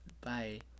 bye